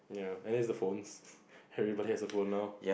ya I think is the phones everybody has a phone now